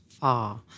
far